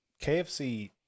KFC